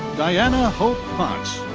diana hope ponce.